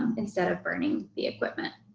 instead of burning the equipment.